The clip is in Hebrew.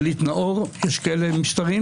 שליט נאור יש כאלה משטרים